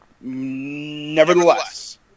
Nevertheless